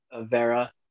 Vera